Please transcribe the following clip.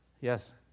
Yes